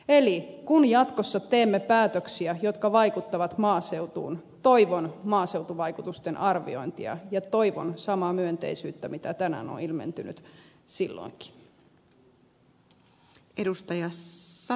eli kun jatkossa teemme päätöksiä jotka vaikuttavat maaseutuun toivon maaseutuvaikutusten arviointia ja toivon samaa myönteisyyttä mitä tänään on ilmentynyt silloinkin